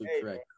correct